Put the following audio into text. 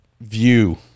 view